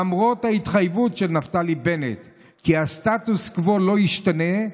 למרות ההתחייבות של נפתלי בנט כי הסטטוס קוו לא ישתנה,